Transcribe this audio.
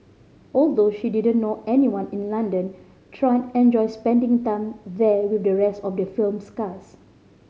although she didn't know anyone in London Tran enjoyed spending time there with the rest of the film's cast